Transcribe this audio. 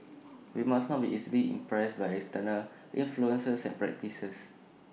we must not be easily impressed by external influences and practices